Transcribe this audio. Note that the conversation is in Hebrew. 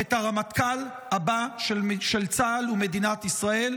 את הרמטכ"ל הבא של צה"ל ומדינת ישראל.